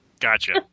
gotcha